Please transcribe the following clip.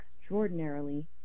extraordinarily